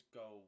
go